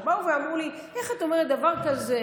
באו ואמרו לי: איך את אומרת דבר כזה?